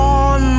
on